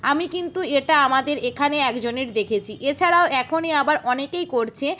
আমি কিন্তু এটা আমাদের এখানে একজনের দেখেছি এছাড়াও এখনই আবার অনেকেই করছে